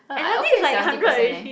uh I okay with seventy percent eh